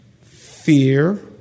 fear